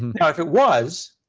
now if it was,